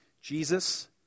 Jesus